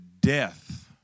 death